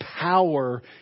power